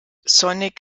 sonic